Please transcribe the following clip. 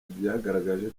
byagaragaje